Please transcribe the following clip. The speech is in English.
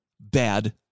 bad